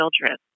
children